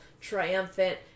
triumphant